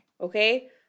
Okay